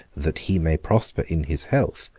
that he may prosper in his health,